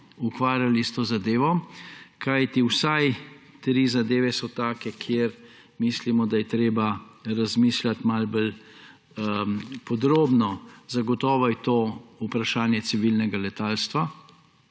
ukvarjali s to zadevo, kajti vsaj tri zadeve so take, kjer mislimo, da je treba razmišljati malo bolj podrobno. Zagotovo je to vprašanje civilnega letalstva,